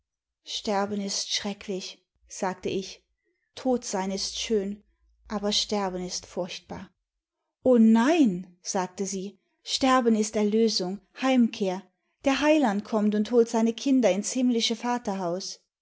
sterben ist schrecklich sagte ich tot sein ist schön aber sterben ist furchtbar o nein sagte sie sterben ist erlösung heimkehr der heiland kommt und holt seine kinder ins himmlische vaterhaus